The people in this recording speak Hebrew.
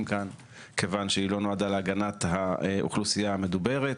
כאן כי לא נועדה להגנת האוכלוסייה המדוברת,